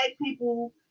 people